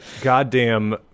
goddamn